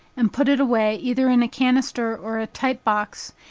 and put it away either in a canister or tight box,